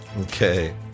Okay